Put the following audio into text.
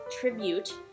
Tribute